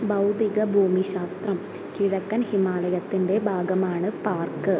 ഭൗതിക ഭൂമിശാസ്ത്രം കിഴക്കൻ ഹിമാലയത്തിൻ്റെ ഭാഗമാണ് പാർക്ക്